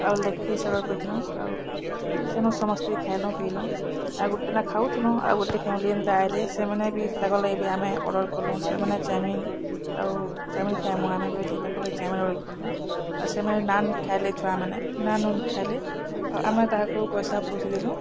ଆଉ leg piece order କରିଥିଲୁଁ ଆଉ ସେନୁ ସମସ୍ତେ ଖାଇଲୁଁ ପିଲୁଁ ଆଉ ଗୋଟେନା ଖାଉଥିଲୁ ଆଉ ଗୋଟେ ଫ୍ୟାମିଲି ହେନ୍ତା ଆଇଲେ ସେମାନେ ବି ତାକର୍ ଲାଗି ବି ଆମେ ଅର୍ଡ଼ର୍ କଲୁଁ ସେମାନେ ଚାଓମିନ୍ ଆଉ ଚାଓମିନ୍ ଖାଇମୁଁ ଆମେ ବୋଇଲେ ତାଙ୍କର୍ ଚାଓମିନ୍ ଅର୍ଡ଼ର୍ କଲୁଁ ଆର୍ ସେମାନେ ନାନ୍ ଖାଇଲେ ଛୁଆମାନେ ନାନ୍ ଖାଇଲେ ଆମେ ତାହାକୁ ପଇସା ପୁସି ଦେଲୁଁ